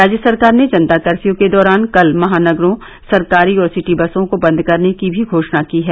राज्य सरकार ने जनता कर्फ्यू के दौरान कल महानगरों सरकारी और सिटी बसों को बंद करने की भी घोषणा की है